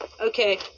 Okay